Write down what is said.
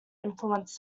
influence